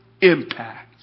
impact